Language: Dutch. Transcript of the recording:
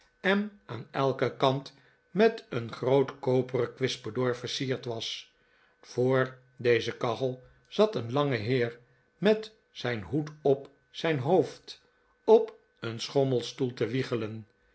en aan elken kant met een groot koperen kwispedoor versierd was voor deze kachel zat een lange heer met zijn hoed op zijn hoofd op een schommelstoel te wiegelen